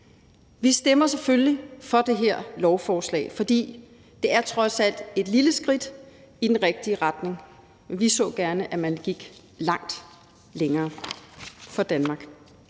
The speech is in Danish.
Vi stemmer selvfølgelig for det her lovforslag, fordi det trods alt er et lille skridt i den rigtige retning, men vi så gerne, at man gik langt længere for Danmark.